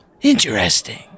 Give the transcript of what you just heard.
Interesting